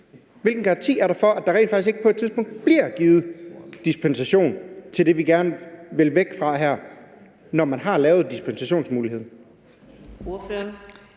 Hvilken garanti er der for, at der ikke rent faktisk på et tidspunkt bliver givet dispensation til det, vi gerne vil væk fra her, når man har lavet dispensationsmuligheden?